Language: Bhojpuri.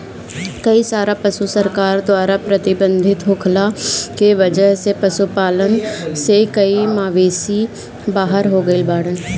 कई सारा पशु सरकार द्वारा प्रतिबंधित होखला के वजह से पशुपालन से कई मवेषी बाहर हो गइल बाड़न